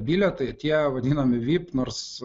bilietai tie vadinami vip nors